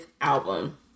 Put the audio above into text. album